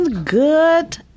Good